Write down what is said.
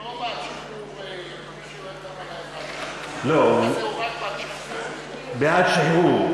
החוק הזה הוא לא בעד שחרור,